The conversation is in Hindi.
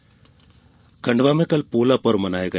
पोला उत्सव खंडवा में कल पोला पर्व मनाया गया